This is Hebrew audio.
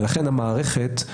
לכן המערכת,